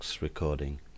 recording